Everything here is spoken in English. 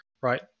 right